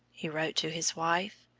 he wrote to his wife.